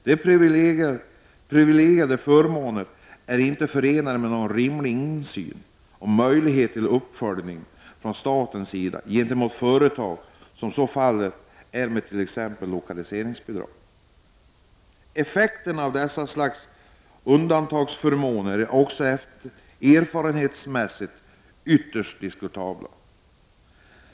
De beviljade förmånerna är inte förenade med någon rimlig insyn och möjlighet till uppföljning från statens sida gentemot företagen, som fallet är beträffande t.ex. lokaliseringsbidrag. Effekterna av dessa undantagsförmåner är också erfarenhetsmässigt ytterst diskutabla.